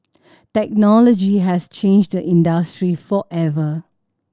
technology has changed the industry forever